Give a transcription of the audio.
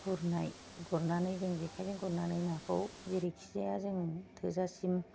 गुरनाय गुरनानै जोङो जेखायजों गुरनानै नाखौ जेरैखि जाया जों थोजासिम